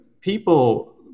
People